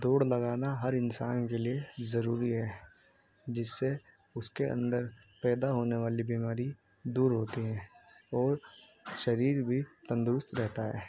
دوڑ لگانا ہر انسان کے لیے ضروری ہے جس سے اس کے اندر پیدا ہونے والی بیماری دور ہوتی ہیں اور شریر بھی تندرست رہتا ہے